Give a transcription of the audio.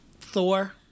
Thor